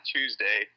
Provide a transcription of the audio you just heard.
Tuesday